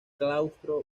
claustro